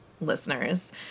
listeners